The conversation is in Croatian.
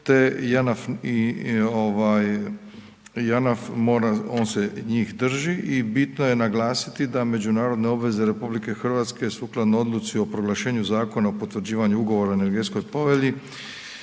te Janaf mora, on se njih drži i bitno je naglasiti da međunarodne obveze RH sukladno Odluci o proglašenju Zakona o potvrđivanju ugovora o energetskoj povelji,